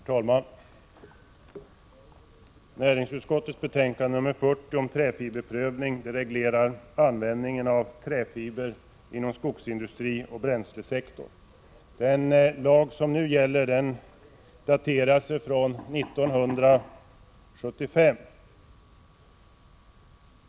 Herr talman! Näringsutskottets betänkande 40 om träfiberprövning gäller ett lagförslag om regleringen av användningen av träfiber inom skogsindustri och bränslesektor. Den lag som nu gäller daterar sig från 1975.